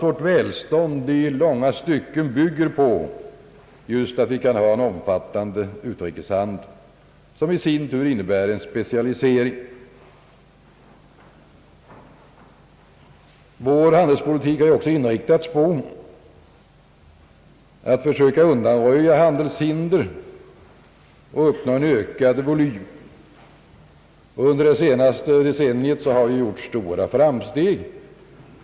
Vårt välstånd bygger i långa stycken på att vi kan ha en omfattande utrikeshandel, som i sin tur innebär en specialisering. Vår handelspolitik har ju också inriktats på att försöka undanröja handelshinder och uppnå en ökad volym. Under det senaste decenniet har det gjorts stora framsteg.